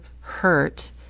hurt